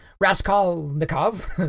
Raskolnikov